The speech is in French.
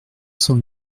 cent